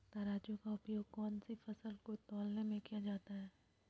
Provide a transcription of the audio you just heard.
तराजू का उपयोग कौन सी फसल को तौलने में किया जाता है?